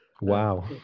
Wow